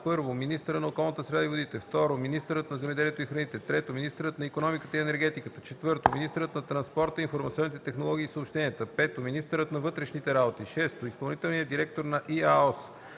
са: 1. министърът на околната среда и водите; 2. министърът на земеделието и храните; 3. министърът на икономиката и енергетиката; 4. министърът на транспорта, информационните технологии и съобщенията; 5. министърът на вътрешните работи; 6. изпълнителният директор на ИАОС;